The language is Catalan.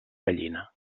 gallina